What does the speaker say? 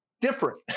different